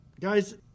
Guys